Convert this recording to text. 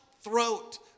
throat